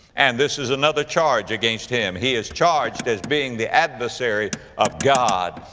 and this is another charge against him. he is charged as being the adversary of god.